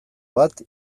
bat